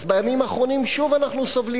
אז בימים האחרונים שוב אנחנו סובלים